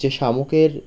যে শামুকের